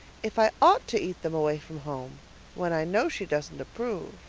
if i ought to eat them away from home when i know she doesn't approve